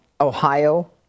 ohio